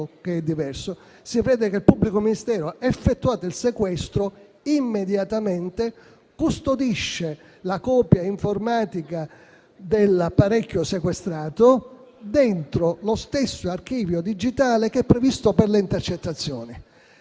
loro supporto. Si prevede che il pubblico ministero, effettuato il sequestro, immediatamente custodisca la copia informatica dell'apparecchio sequestrato nello stesso archivio digitale previsto per le intercettazioni.